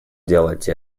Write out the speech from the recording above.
делать